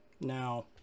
Now